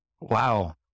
wow